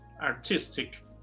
artistic